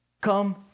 Come